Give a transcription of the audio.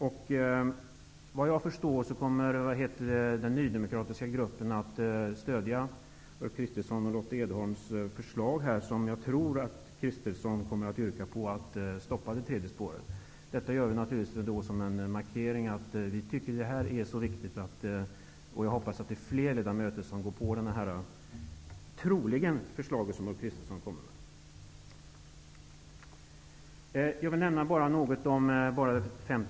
Såvitt jag förstår kommer den nydemokratiska gruppen att stödja Ulf Kristerssons och Lotta Edholms förslag här. Jag tror nämligen att Ulf Kristersson kommer att yrka på ett stopp för det tredje spåret. Det här är naturligtvis en markering från vår sida, eftersom vi tycker att detta är mycket viktigt. Jag hoppas att fler ledamöter stöder det förslag som Ulf Kristersson troligen kommer med. Till slut några ord om Dennispaketet.